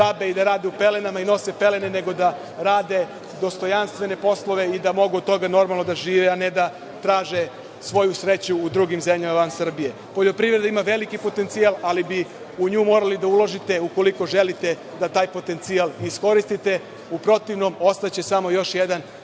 i da rade u pelenama i nose pelene, nego da rade dostojanstvene poslove i da mogu od toga normalno da žive, a ne da traže svoju sreću u drugim zemljama van Srbije. Poljoprivreda ima veliki potencijal, ali bi u nju morali da uložite, ukoliko želite da taj potencijal iskoristite. U protivnom ostaće samo još jedan